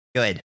Good